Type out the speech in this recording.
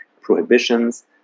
prohibitions